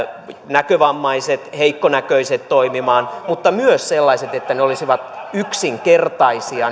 näkövammaiset heikkonäköiset toimimaan mutta myös sitä että ne polut olisivat yksinkertaisia